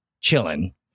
chilling